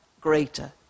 greater